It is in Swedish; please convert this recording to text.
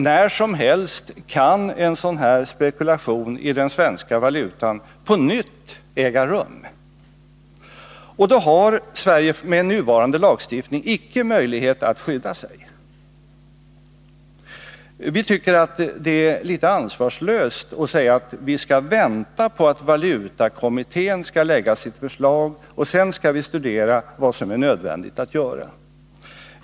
När som helst kan en spekulation av denna typ i den svenska valutan på nytt genomföras, och då har Sverige med nuvarande lagstiftning ingen möjlighet att skydda sig. Vi tycker att det är litet ansvarslöst att säga att man skall vänta på att valutakommittén skall lägga fram sitt förslag och sedan skall studera vad som är nödvändigt att göra.